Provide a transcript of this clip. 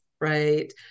right